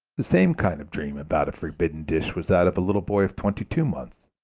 the same kind of dream about a forbidden dish was that of a little boy of twenty-two months.